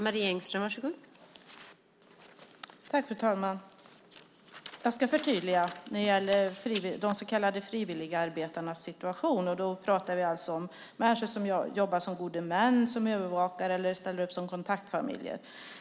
Fru talman! Jag ska förtydliga när det gäller de så kallade frivilligarbetarnas situation. Vi pratar alltså om människor som jobbar som gode män eller som övervakare eller ställer upp som kontaktfamiljer.